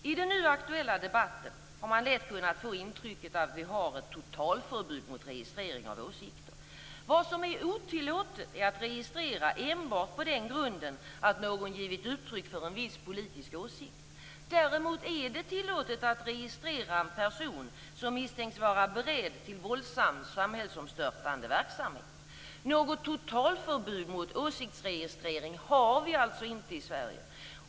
I den nu aktuella debatten har man lätt kunnat få intrycket att vi har ett totalförbud mot registrering av åsikter. Vad som är otillåtet är att registrera enbart på den grunden att någon givit uttryck för en viss politisk åsikt. Däremot är det tillåtet att registrera en person som misstänks vara beredd till våldsam, samhällsomstörtande verksamhet. Något totalförbud mot åsiktsregistrering har vi alltså inte i Sverige.